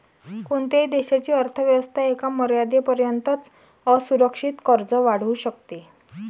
कोणत्याही देशाची अर्थ व्यवस्था एका मर्यादेपर्यंतच असुरक्षित कर्ज वाढवू शकते